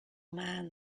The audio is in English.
man